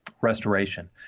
restoration